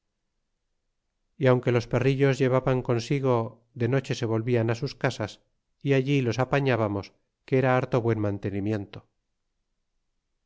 y aunque los perrillos llevaban consigo de noche se volvian sus casas y allí los apañábamos que era harto buen mantenimiento